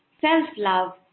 self-love